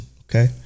Okay